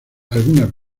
algunas